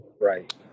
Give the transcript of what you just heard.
Right